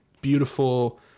beautiful